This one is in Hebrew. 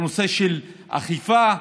אכיפה,